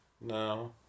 No